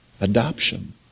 Adoption